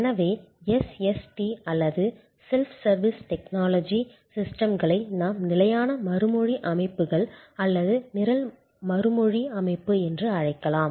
எனவே SST அல்லது self service technology சிஸ்டம்களை நாம் நிலையான மறுமொழி அமைப்புகள் அல்லது நிரல் மறுமொழி அமைப்பு என்று அழைக்கலாம்